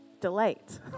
delight